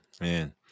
man